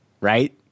right